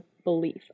belief